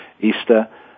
Easter